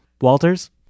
Walters